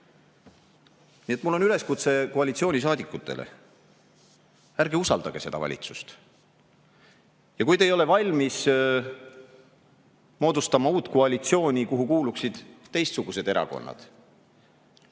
Nii et mul on üleskutse koalitsioonisaadikutele. Ärge usaldage seda valitsust! Kui te ei ole valmis moodustama uut koalitsiooni, kuhu kuuluksid teistsugused erakonnad,